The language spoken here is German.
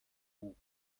bug